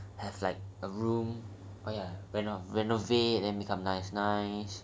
have like a room oh ya renovate and then become nice nice